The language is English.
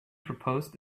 proposed